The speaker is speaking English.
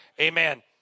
Amen